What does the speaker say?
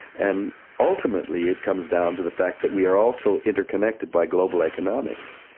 and ultimately it comes down to the fact that we are also interconnected by global economics,